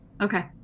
Okay